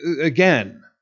Again